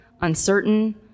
uncertain